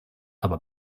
aber